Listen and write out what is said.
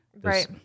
Right